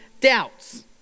doubts